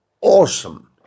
awesome